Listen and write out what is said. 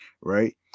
right